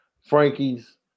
Frankie's